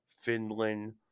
Finland